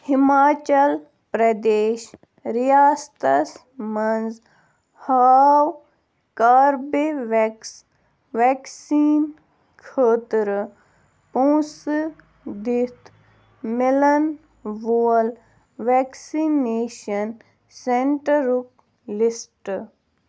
ہِماچَل پرٛدیش رِیاستَس منٛز ہاو کاربِوٮ۪کٕس وٮ۪کسیٖن خٲطرٕ پونٛسہٕ دِتھ مِلَن وول وٮ۪کسِنیشَن سٮ۪نٛٹَرُک لِسٹ